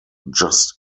just